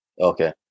Okay